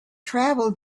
travel